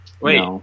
Wait